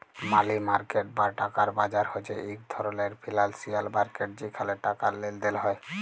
মালি market বা টাকার বাজার হছে ইক ধরলের ফিল্যালসিয়াল মার্কেট যেখালে টাকার লেলদেল হ্যয়